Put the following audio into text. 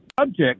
subject